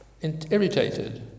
irritated